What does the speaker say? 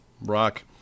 Rock